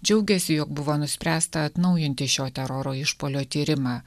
džiaugiasi jog buvo nuspręsta atnaujinti šio teroro išpuolio tyrimą